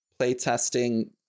playtesting